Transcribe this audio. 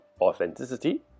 authenticity